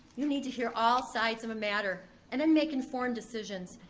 you need to hear all sides of a matter and then make informed decisions.